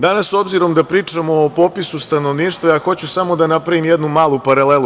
Danas, s obzirom da pričamo o popisu stanovništva, hoću samo da napravim jednu malu paralelu.